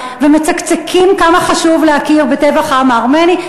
ומצקצקים כמה חשוב להכיר בטבח העם הארמני,